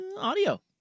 audio